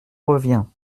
reviens